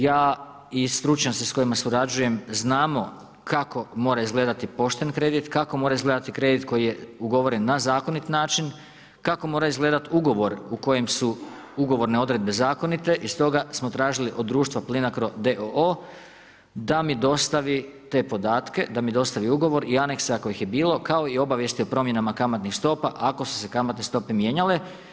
Ja i stručnjaci s kojima surađujem, znamo kako mora izgledati pošteni kredit, kako mora izgledati kredit koji je ugovoren na zakonit način, kako mora izgledati ugovor u kojem su ugovorne odredbe zakonite i stoga smo tražili od društva Plinarco d.o.o. da mi dostavi te podatke, da mi dostavi ugovor i anekse ako ih je bilo, kao i obavijesti o promjeni kamatnih stopa ako su se kamatne stope mijenjale.